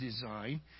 design